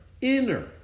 inner